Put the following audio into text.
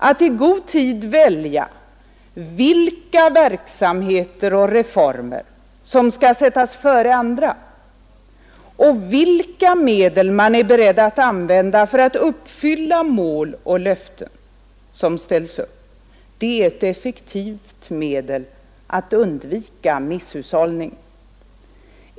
Att i god tid välja vilka verksamheter och reformer som skall sättas före andra och vilka medel man är beredd att använda för att uppfylla mål och löften som ställs upp är ett effektivt medel att undvika misshushållning.